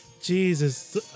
Jesus